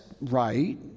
right